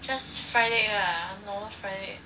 just fried egg ah normal fried egg